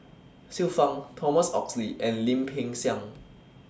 Xiu Fang Thomas Oxley and Lim Peng Siang